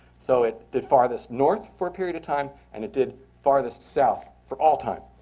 so it did farthest north for a period of time, and it did farthest south for all time.